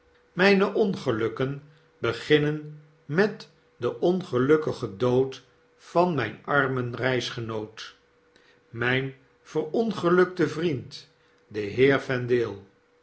mijne ongelukken beginnen met den ongelukkigen dood van mijnarmenreisgenoot mijn verongelukten vriend den heer vendale